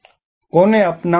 કોને અપનાવવું જોઈએ